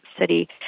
city